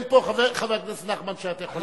חבר הכנסת נחמן שי, אתה יכול להשיב?